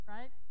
Right